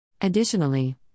Additionally